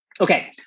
Okay